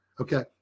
Okay